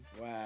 Wow